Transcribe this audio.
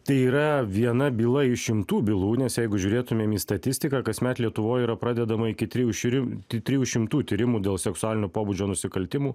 tai yra viena byla iš šimtų bylų nes jeigu žiūrėtumėm į statistiką kasmet lietuvoj yra pradedama iki trijų širim ti trijų šimtų tyrimų dėl seksualinio pobūdžio nusikaltimų